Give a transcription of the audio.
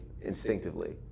instinctively